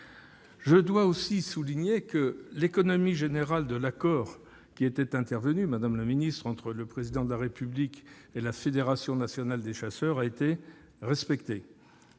à le souligner, l'économie générale de l'accord conclu entre le Président de la République et la Fédération nationale des chasseurs a été respectée.